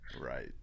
Right